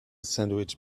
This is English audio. sandwich